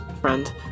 friend